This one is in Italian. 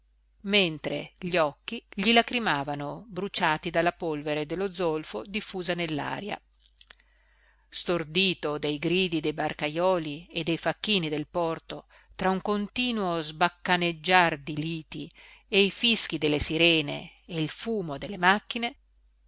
mentre gli occhi gli lacrimavano bruciati dalla polvere dello zolfo diffusa nell'aria stordito dai gridi dei barcaioli e dei facchini del porto tra un continuo sbaccaneggiar di liti e i fischi delle sirene e il fumo delle macchine